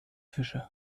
fische